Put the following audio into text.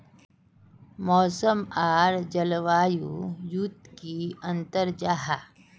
मौसम आर जलवायु युत की अंतर जाहा?